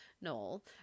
Noel